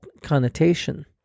connotation